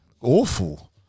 Awful